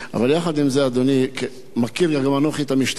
אבל יחד עם זה, אדוני, מכיר גם אנוכי את המשטרה,